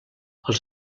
els